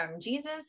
Jesus